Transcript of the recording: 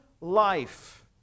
life